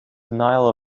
denial